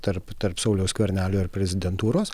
tarp tarp sauliaus skvernelio ir prezidentūros